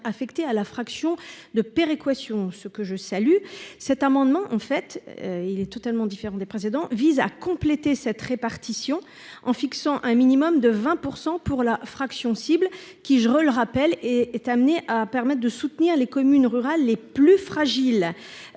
affecté à la fraction de péréquation, ce que je salue cet amendement, en fait, il est totalement différent des précédents vise à compléter cette répartition en fixant un minimum de 20 % pour la fraction cibles qui gère le rappelle et est amené à permettent de soutenir les communes rurales les plus fragiles,